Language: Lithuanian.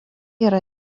yra